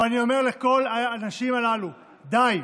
ואני אומר לכל האנשים הללו: די,